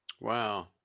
Wow